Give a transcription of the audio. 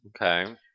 Okay